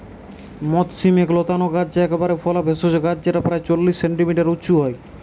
মথ শিম এক লতানা গাছ যা একবার ফলা ভেষজ গাছ যেটা প্রায় চল্লিশ সেন্টিমিটার উঁচু হয়